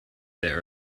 there